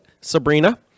sabrina